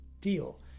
deal